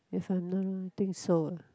if I'm not wrong think so ah